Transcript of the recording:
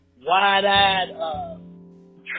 wide-eyed